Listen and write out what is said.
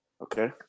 Okay